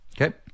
Okay